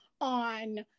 on